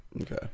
Okay